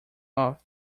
off